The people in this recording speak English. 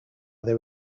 their